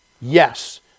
Yes